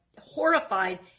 horrified